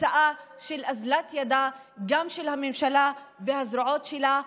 כתוצאה מאוזלת יד גם של הממשלה והזרועות שלה,